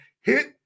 hit